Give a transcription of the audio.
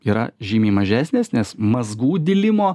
yra žymiai mažesnės nes mazgų dilimo